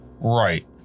Right